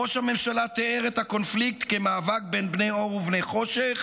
ראש הממשלה תיאר את הקונפליקט כ'מאבק בין בני אור ובני חושך'